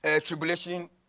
tribulation